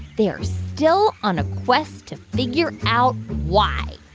they're still on a quest to figure out why